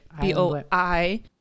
B-O-I